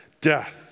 death